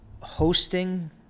hosting